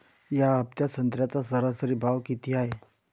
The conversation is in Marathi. या हफ्त्यात संत्र्याचा सरासरी भाव किती हाये?